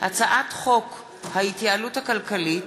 הצעת חוק ההתייעלות הכלכלית